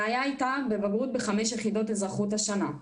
הבעיה הייתה בבגרות בחמש יח' אזרחות השנה.